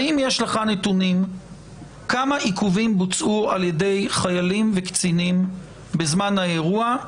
האם יש לך נתונים כמה עיכובים בוצעו על ידי חיילים וקצינים בזמן האירוע,